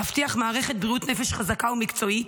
להבטיח מערכת בריאות נפש חזקה ומקצועית,